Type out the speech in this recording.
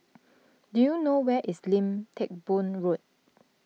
do you know where is Lim Teck Boo Road